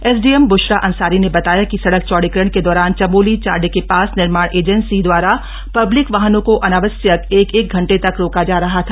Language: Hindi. एसडीएम बृशरा अंसारी ने बताया है कि सडक चौडीकरण के दौरान चमोली चाडे के पास निर्माण एजेंसी द्वारा पब्लिक वाहनों को अनावश्यक एक एक घंटे तक रोका जा रहा था